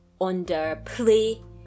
underplay